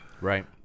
Right